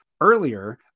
Earlier